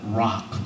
rock